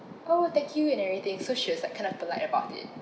oh thank you and everything so she was like kind of polite about it